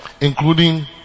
Including